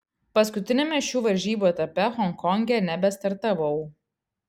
paskutiniame šių varžybų etape honkonge nebestartavau